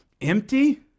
empty